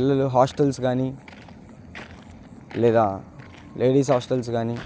పిల్లలు హాస్టల్స్ కానీ లేదా లేడీస్ హాస్టల్స్ కానీ